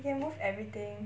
you can move everything